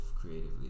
creatively